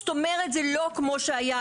זאת אומרת, זה לא כמו שהיה.